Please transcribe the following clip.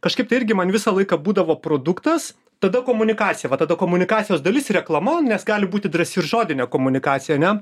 kažkaip tai irgi man visą laiką būdavo produktas tada komunikacija va tada komunikacijos dalis reklama nes gali būti drąsi ir žodinė komunikacija ne